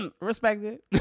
Respected